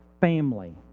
family